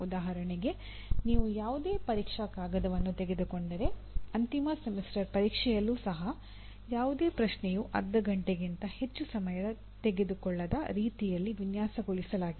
ಉದಾಹರಣೆಗೆ ನೀವು ಯಾವುದೇ ಪರೀಕ್ಷಾ ಕಾಗದವನ್ನು ತೆಗೆದುಕೊಂಡರೆ ಅಂತಿಮ ಸೆಮಿಸ್ಟರ್ ಪರೀಕ್ಷೆಯಲ್ಲೂ ಸಹ ಯಾವುದೇ ಪ್ರಶ್ನೆಯು ಅರ್ಧ ಘಂಟೆಯಿಗಿಂತ ಹೆಚ್ಚು ಸಮಯ ತೆಗೆದುಕೊಳ್ಳದ ರೀತಿಯಲ್ಲಿ ವಿನ್ಯಾಸಗೊಳಿಸಲಾಗಿದೆ